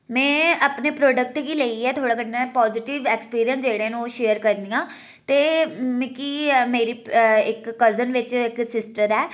में अपने प्रोडक्ट गी लेइयै थुआढ़े कन्नै पोजिटव ऐक्पिरिंयस जेह्ड़े न ओह् शेयर करनियां ते मिकी एह् मेरी इक कजन बिच्च इक सिस्टर ऐ